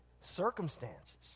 circumstances